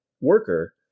worker